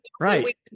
Right